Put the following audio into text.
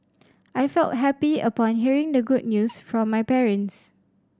I felt happy upon hearing the good news from my parents